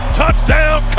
touchdown